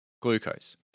Glucose